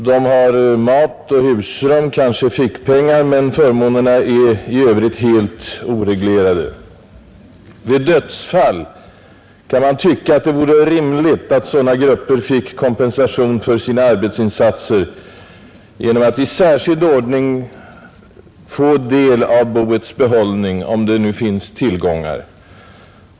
De har mat och husrum och kanske fickpengar, men förmånerna är i övrigt helt oreglerade. Vid dödsfall kan man tycka att det vore rimligt att sådana grupper fick kompensation för sina arbetsinsatser genom att i särskild ordning få del av boets behållning, om det nu finns några tillgångar.